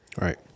Right